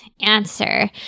Answer